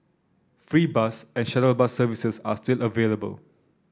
free bus and shuttle bus services are still available